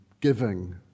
giving